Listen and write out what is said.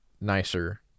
nicer